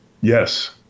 Yes